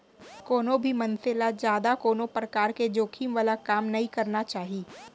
कोनो भी मनसे ल जादा कोनो परकार के जोखिम वाला काम नइ करना चाही